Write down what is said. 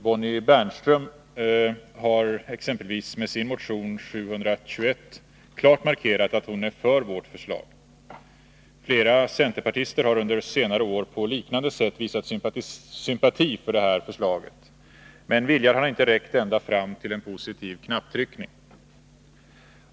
Bonnie Bernström har exempelvis med sin motion 721 klart markerat att hon är för vårt förslag. Flera centerpartister har under senare år på liknande sätt visat sympati för det här förslaget. Men viljan har inte räckt ända fram till en positiv knapptryckning.